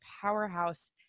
powerhouse